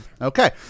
Okay